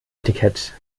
etikett